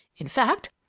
in fact,